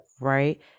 right